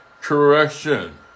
correction